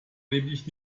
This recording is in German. nämlich